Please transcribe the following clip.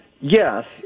Yes